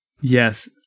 Yes